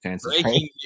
Breaking